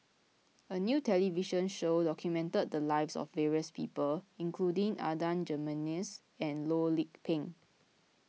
a new television show documented the lives of various people including Adan Jimenez and Loh Lik Peng